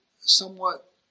somewhat